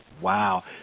Wow